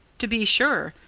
to be sure,